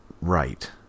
right